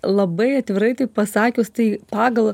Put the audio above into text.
labai atvirai tai pasakius tai pagal